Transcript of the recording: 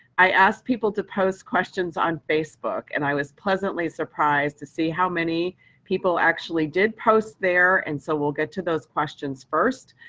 i asked people to post questions on facebook. and i was pleasantly surprised to see how many people actually actually did post there. and so we'll get to those questions first.